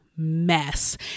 Mess